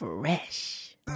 Fresh